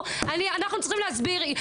אנחנו צריכים להסביר.